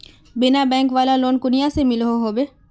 बिना बैंक वाला लोन कुनियाँ से मिलोहो होबे?